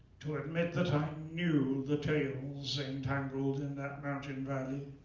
to admit that i knew the tales entangled in that mountain valley.